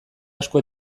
asko